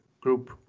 group